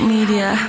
Media